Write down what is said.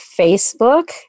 Facebook